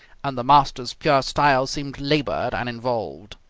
and the master's pure style seemed laboured and involved.